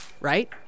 right